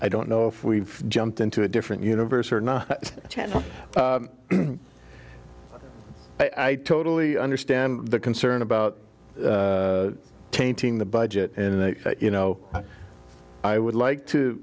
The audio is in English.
i don't know if we've jumped into a different universe or not i totally understand the concern about tainting the budget and you know i would like to